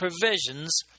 provisions